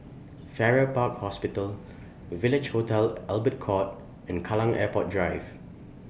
Farrer Park Hospital Village Hotel Albert Court and Kallang Airport Drive